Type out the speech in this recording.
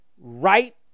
right